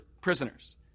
prisoners